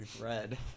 Red